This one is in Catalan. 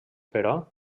però